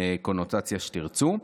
קונוטציה תרצו.